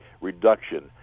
reduction